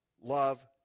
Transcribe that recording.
Love